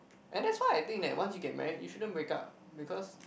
and that's why I think that once you get married you shouldn't break up because